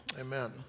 amen